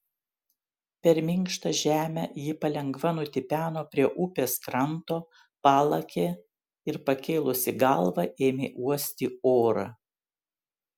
per minkštą žemę ji palengva nutipeno prie upės kranto palakė ir pakėlusi galvą ėmė uosti orą